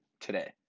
today